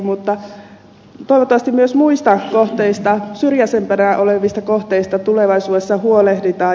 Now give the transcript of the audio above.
mutta toivottavasti myös muista kohteista syrjäisempänä olevista kohteista tulevaisuudessa huolehditaan